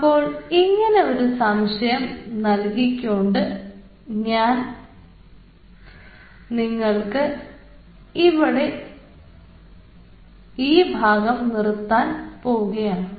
അപ്പോൾ ഇങ്ങനെ ഒരു ആശയം നൽകിക്കൊണ്ട് ഞാൻ ഇവിടെ നിർത്തുകയാണ്